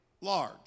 large